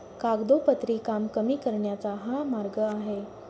कागदोपत्री काम कमी करण्याचा हा मार्ग आहे